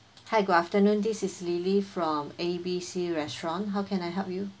hi good afternoon this is lily from A B C restaurant how can I help you